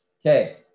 Okay